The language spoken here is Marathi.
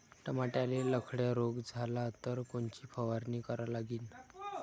टमाट्याले लखड्या रोग झाला तर कोनची फवारणी करा लागीन?